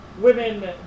Women